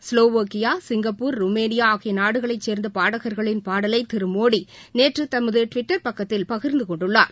Slovakia Singapore Romania ஆகிய நாடுகளை சேர்ந்த பாடகர்களின் பாடலை திரு மோடி நேற்று தமது டிவிட்டர் பக்கத்தில் பகிர்ந்து கொண்டுள்ளார்